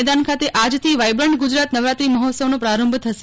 મેદાન ખાતે આવતીકાલથી વાયબ્રન્ટ ગુજરાત નવરાત્રી મહોત્સવનો પ્રારંભ થશે